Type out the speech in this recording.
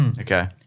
Okay